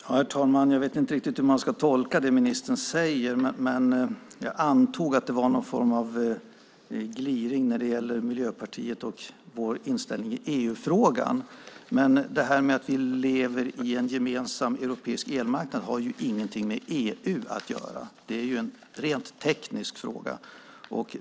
Herr talman! Jag vet inte riktigt hur man ska tolka det som ministern säger. Jag antar att det var någon form av gliring när det gäller Miljöpartiets inställning i EU-frågan. Att vi lever i en gemensam europeisk elmarknad har ju ingenting med EU att göra. Det är ju en rent teknisk fråga.